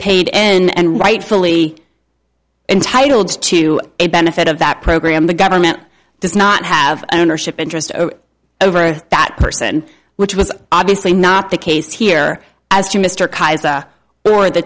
paid and rightfully entitled to a benefit of that program the government does not have ownership interest over that person which was obviously not the case here as to mr kaiser or the